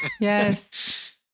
yes